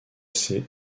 ces